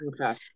Okay